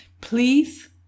please